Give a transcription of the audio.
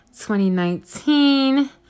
2019